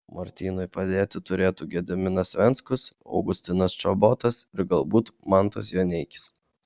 martynui padėti turėtų gediminas venckus augustinas čobotas ir galbūt mantas joneikis